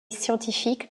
scientifique